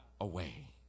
away